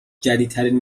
جدیدترین